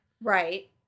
Right